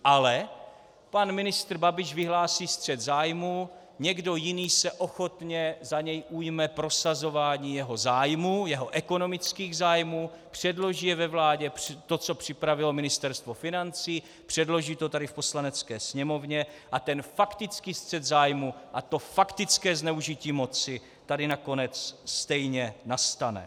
Ale pan ministr Babiš vyhlásí střet zájmů, někdo jiný se ochotně za něj ujme prosazování jeho zájmů, jeho ekonomických zájmů, předloží ve vládě to, co připravilo Ministerstvo financí, předloží to tady v Poslanecké sněmovně, a ten faktický střet zájmů a to faktické zneužití moci tady nakonec stejně nastane.